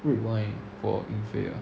red wine